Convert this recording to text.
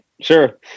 Sure